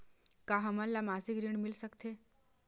का हमन ला मासिक ऋण मिल सकथे?